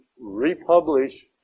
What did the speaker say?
republish